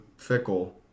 Fickle